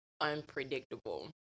unpredictable